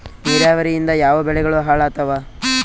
ನಿರಾವರಿಯಿಂದ ಯಾವ ಬೆಳೆಗಳು ಹಾಳಾತ್ತಾವ?